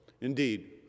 Indeed